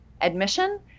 admission